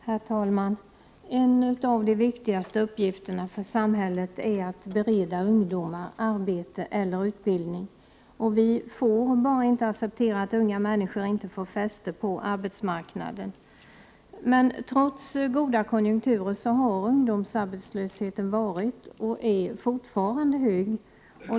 Herr talman! En av de viktigaste uppgifterna för samhället är att bereda ungdomar arbete eller utbildning. Vi får bara inte acceptera att unga människor inte får fäste på arbetsmarknaden. Men trots goda konjunkturer har ungdomsarbetslösheten varit, och är fortfarande, hög.